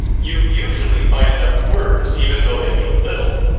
you usually find enough words even though they mean little.